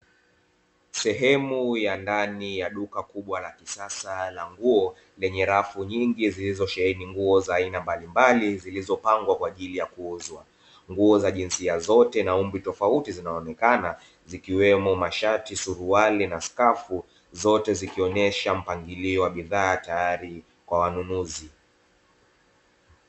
Sehemu ya ndani ya duka kubwa la kisasa la nguo lenye rafu nyingi zilizosheheni nguo za aina mbalimbali, zilizopangwa kwa ajili ya kuuzwa nguo za jinsia zote na umri tofauti zinaonekana zikiwemo mashati, suruali na sukafu zote zikionyesha mpangilio wa bidhaa tayari kwa wanunuzi.